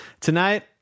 Tonight